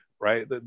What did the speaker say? right